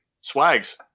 swags